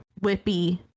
Whippy